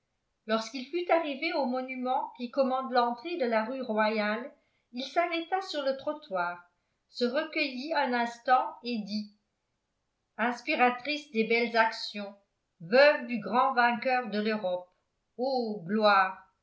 lorsqu'il fut arrivé au monument qui commande l'entrée de la rue royale il s'arrêta sur le trottoir se recueillit un instant et dit inspiratrice des belles actions veuve du grand vainqueur de l'europe ô gloire